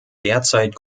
derzeit